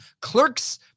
Clerks